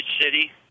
city